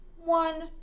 one